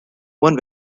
one